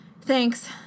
Thanks